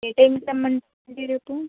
ఏ టైంకి రమ్మంటారు అండి రేపు